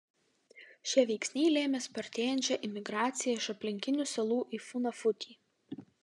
šie veiksniai lėmė spartėjančią imigraciją iš aplinkinių salų į funafutį